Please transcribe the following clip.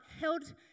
held